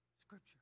Scripture